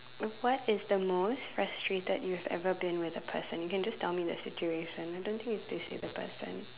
what is the most frustrated you've ever been with a person you can just tell me the situation I don't think you have to say the person